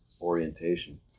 orientation